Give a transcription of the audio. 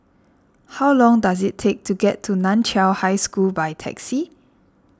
how long does it take to get to Nan Chiau High School by taxi